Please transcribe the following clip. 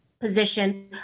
position